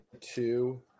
two